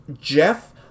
Jeff